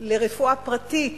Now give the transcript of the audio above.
לרפואה פרטית